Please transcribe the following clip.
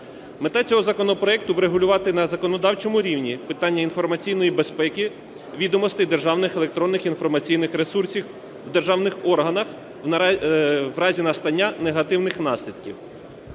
Мета цього законопроекту – врегулювати на законодавчому рівні питання інформаційної безпеки відомостей державних електронних інформаційних ресурсів в державних органах в разі настання негативних наслідків,